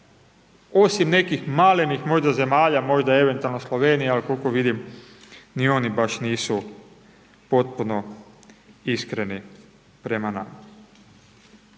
osim nekih malenih možda zemalja, možda eventualno Slovenija, al koliko vidim, ni oni baš nisu potpuno iskreni prema nama?